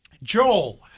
Joel